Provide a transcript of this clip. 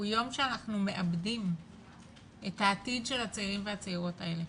הוא יום שאנחנו מאבדים את העתיד של הצעירים והצעירות האלה.